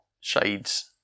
Shades